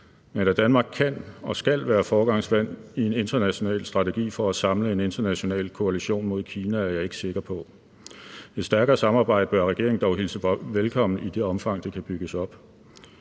men at Danmark kan og skal være foregangsland i en international strategi for at samle en international koalition mod Kina, er jeg ikke sikker på. Et stærkere samarbejde bør regeringen dog hilse velkommen i det omfang, det kan bygges op.